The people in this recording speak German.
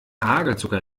hagelzucker